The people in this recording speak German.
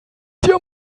dir